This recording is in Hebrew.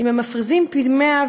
אם הם מפריזים פי-100,